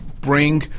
bring